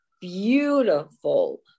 beautiful